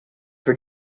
were